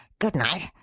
good night.